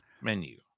Menu